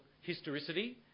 historicity